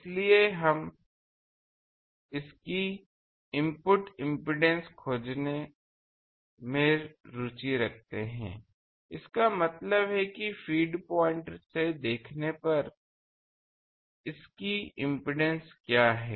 इसलिए हम इसकी इनपुट इम्पीडेन्स खोजने में रुचि रखते हैं इसका मतलब है फ़ीड पॉइंट से देखने पर पर इसकी इम्पीडेन्स क्या है